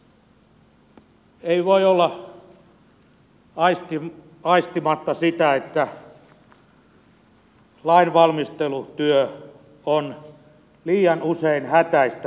ei voi olla aistimatta sitä että lainvalmistelutyö on liian usein hätäistä ja huonoa